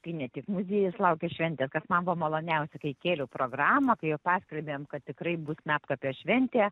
tai ne tik muziejus laukia šventės kas man buvo maloniausia kai kėliau programą kai jau paskelbėm kad tikrai bus medkopio šventė